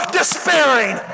despairing